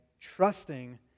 trusting